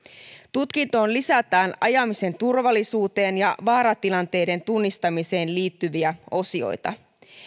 tutkintoon lisätään ajamisen turvallisuuteen ja vaaratilanteiden tunnistamiseen liittyviä osioita